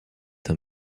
d’un